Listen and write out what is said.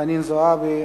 חנין זועבי,